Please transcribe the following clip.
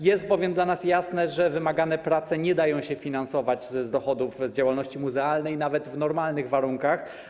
Jest dla nas jasne, że wymaganych prac nie da się sfinansować z dochodów z działalności muzealnej nawet w normalnych warunkach.